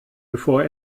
bevor